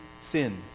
sin